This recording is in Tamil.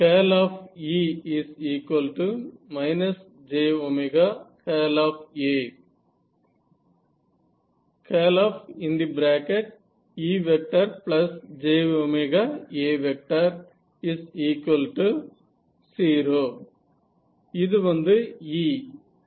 E j A E jA 0 இது வந்து E